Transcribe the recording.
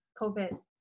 COVID